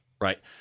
right